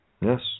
Yes